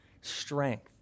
strength